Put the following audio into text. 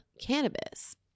cannabis